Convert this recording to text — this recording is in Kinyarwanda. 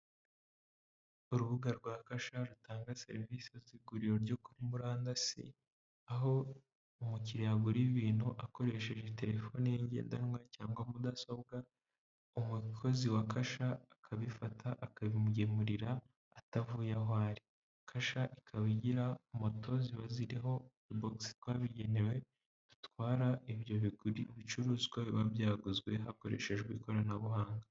Urubuga rwa kasha rutanga serivisi z'iguriro rya murandasi, aho umukiriya agura ibintu akoresheje telefoni ye ngendanwa cyangwa mudasobwa, umukozi wa kasha akabifata akabimugemurira atavuye aho ari. Kasha ikaba igira moto zibaziriho bogisi zabigenewe zitwara ibyo bicuruzwa biba byaguzwe hakoreshejwe ikoranabuhanga.